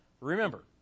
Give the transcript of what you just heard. Remember